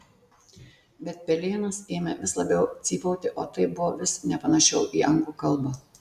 bet pelėnas ėmė vis labiau cypauti o tai buvo vis nepanašiau į anglų kalbą